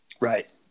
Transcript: Right